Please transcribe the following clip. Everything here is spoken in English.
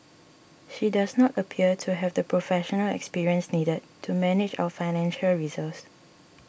she does not appear to have the professional experience needed to manage our financial reserves